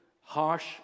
harsh